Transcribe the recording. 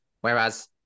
Whereas